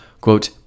quote